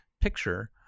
picture